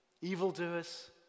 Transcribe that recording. evildoers